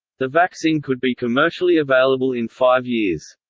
the vaccine could be commercially available in five years.